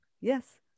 yes